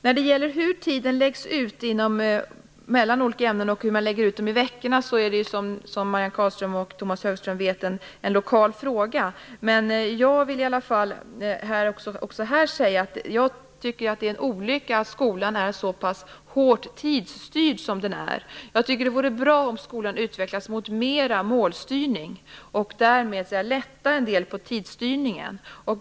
När det gäller hur tiden läggs ut mellan olika ämnen och hur man lägger ut tiden i veckorna är det som Marianne Carlström och Tomas Högström vet en lokal fråga. Jag tycker att det är en olycka att skolan är så hårt tidsstyrd som den är. Det vore bra om skolan utvecklades mer mot målstyrning och därmed lättade en del på tidsstyrningen.